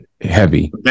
heavy